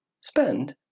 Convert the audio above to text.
spend